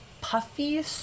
puffy